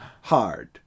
hard